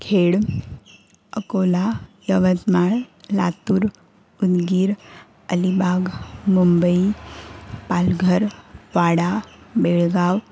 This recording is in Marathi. खेड अकोला यवतमाळ लातूर उदगीर अलिबाग मुंबई पालघर पाडा बेळगाव